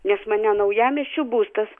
nes mane naujamiesčio būstas